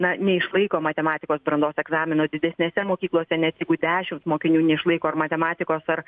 na neišlaiko matematikos brandos egzamino didesnėse mokyklose net jeigu dešimt mokinių neišlaiko ar matematikos ar